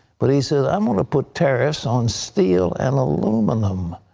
but he said, i'm going to put tariffs on steel and aluminum.